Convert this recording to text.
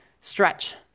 stretch